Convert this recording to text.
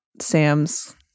Sam's